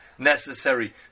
Necessary